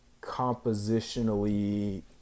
compositionally